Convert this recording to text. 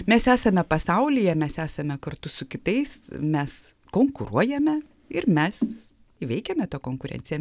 mes esame pasaulyje mes esame kartu su kitais mes konkuruojame ir mes įveikiame tą konkurenciją